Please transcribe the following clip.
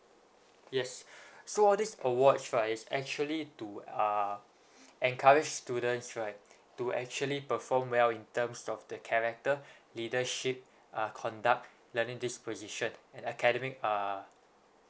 yes so all these awards right is actually to uh encourage students right to actually perform well in terms of the character leadership uh conduct learning disposition and academic uh